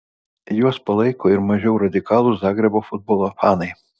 juos palaiko ir mažiau radikalūs zagrebo futbolo fanai